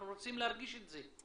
אנחנו רוצים להרגיש את זה.